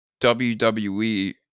WWE